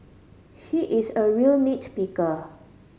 he is a real nit picker